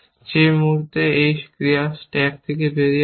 যে মুহূর্তে একটি ক্রিয়া স্ট্যাক থেকে বেরিয়ে আসে